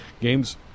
games